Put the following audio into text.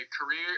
career